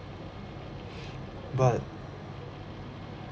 but